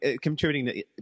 contributing